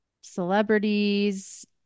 celebrities